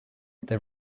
they